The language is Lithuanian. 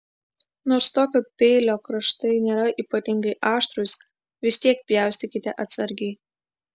nors tokio peilio kraštai nėra ypatingai aštrūs vis tiek pjaustykite atsargiai